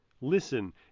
Listen